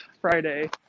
Friday